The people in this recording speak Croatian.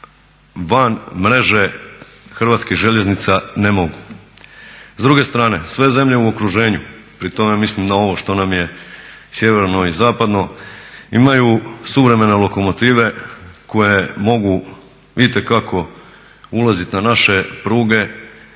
van mreže Hrvatskih željeznica ne mogu. S druge strane sve zemlje u okruženju, pri tome mislim na ovo što nam je sjeverno i zapadno, imaju suvremene lokomotive koje mogu itekako ulaziti na naše pruge